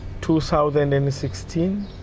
2016